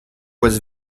was